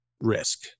risk